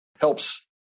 helps